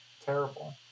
terrible